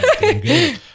good